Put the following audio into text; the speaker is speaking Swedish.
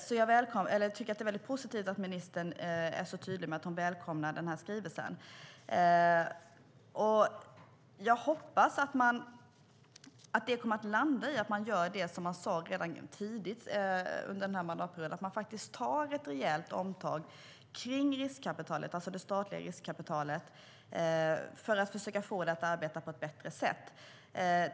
Det är därför positivt att ministern är tydlig med att hon välkomnar denna skrivelse. Jag hoppas att det landar i att man gör det som man sade redan tidigt under denna mandatperiod, nämligen tar ett rejält omtag vad gäller det statliga riskkapitalet för att försöka få det att arbeta på ett bättre sätt.